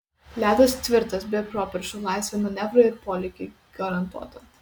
ledas tvirtas be properšų laisvė manevrui ir polėkiui garantuota